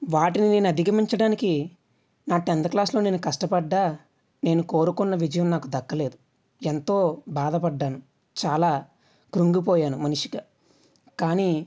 వాటిని నేను అధిగమించడానికి నా టెన్త్ క్లాస్లో నేను కష్టపడ్డా నేను కోరుకున్న విజయం నాకు దక్కలేదు ఎంతో బాధ పడ్డాను చాలా కృంగిపోయాను మనిషిగా కానీ